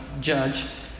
judge